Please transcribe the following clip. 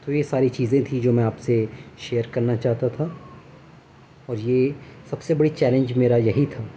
تو یہ ساری چیزیں تھیں جو میں آپ سے شیئر کرنا چاہتا تھا اور یہ سب سے بڑی چیلینج میرا یہی تھا